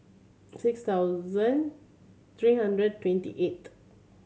takes thousand three hundred twenty eight